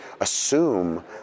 assume